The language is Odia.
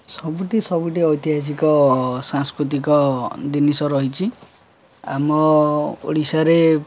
ସବୁଠି ସବୁଠି ଐତିହାସିକ ସାଂସ୍କୃତିକ ଜିନିଷ ରହିଛି ଆମ ଓଡ଼ିଶାରେ